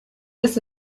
this